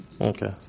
Okay